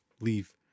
leave